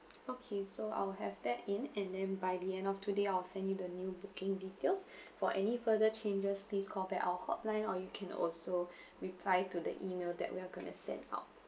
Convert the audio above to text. okay so I'll have that in and then by the end of today I will send you the new booking details for any further changes please call back our hotline or you can also reply to the email that we're going to send out